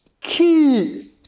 key